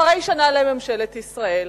אחרי שנה לממשלת ישראל,